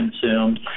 consumed